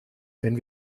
wenn